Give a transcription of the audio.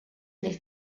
nel